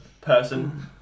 person